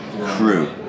crew